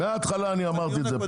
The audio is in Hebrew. מההתחלה אני אמרתי את זה.